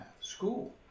school